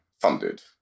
funded